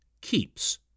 keeps